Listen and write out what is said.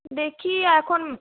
দেখি এখন